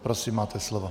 Prosím, máte slovo.